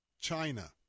China